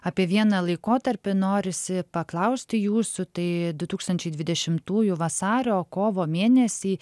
apie vieną laikotarpį norisi paklausti jūsų tai du tūkstančiai dvidešimtųjų vasario kovo mėnesiai